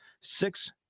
Six